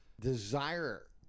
desire